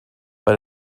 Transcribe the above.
but